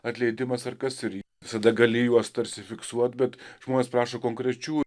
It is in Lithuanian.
atleidimas ar kas ir visada gali juos tarsi fiksuot bet žmonės prašo konkrečių